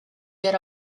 get